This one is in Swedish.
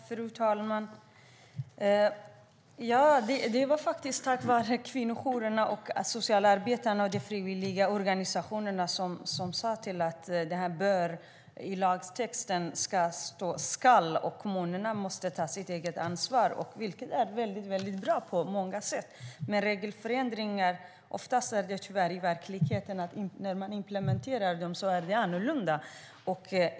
Fru talman! Det var faktiskt tack vare kvinnojourerna, socialarbetarna och de frivilliga organisationerna som ordet "bör" i lagtexten ändrades till "ska". Kommunerna måste ta sitt eget ansvar, vilket är bra på många sätt. Tyvärr blir det dock ofta annorlunda än man tänkt sig när man implementerar regelförändringar.